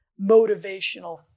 motivational